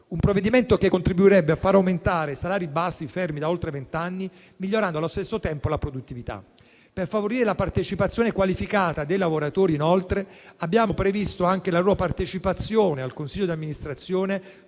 un provvedimento che contribuirebbe a far aumentare salari bassi, fermi da oltre vent'anni, migliorando allo stesso tempo la produttività. Per favorire la partecipazione qualificata dei lavoratori, abbiamo inoltre previsto la partecipazione al consiglio di amministrazione